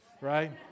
right